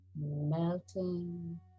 melting